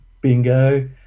bingo